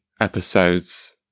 episodes